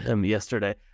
yesterday